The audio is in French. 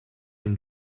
une